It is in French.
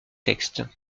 textes